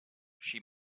she